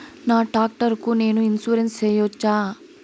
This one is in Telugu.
నా టాక్టర్ కు నేను ఇన్సూరెన్సు సేయొచ్చా?